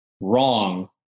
Wrong